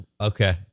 Okay